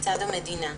מצד המדינה.